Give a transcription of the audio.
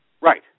Right